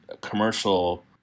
commercial